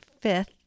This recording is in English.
fifth